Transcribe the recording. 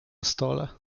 stole